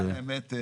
למען האמת,